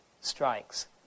strikes